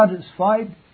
satisfied